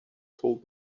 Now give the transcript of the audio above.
told